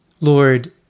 Lord